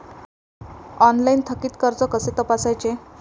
Online थकीत कर्ज कसे तपासायचे?